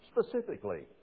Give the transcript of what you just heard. specifically